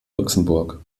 luxemburg